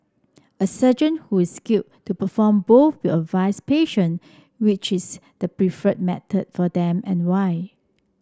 a surgeon who is skilled to perform both will advise patient which is the preferred method for them and why